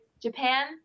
Japan